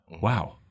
wow